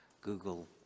Google